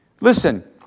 Listen